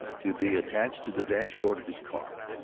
to be attached to the dashboard of his car.